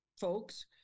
folks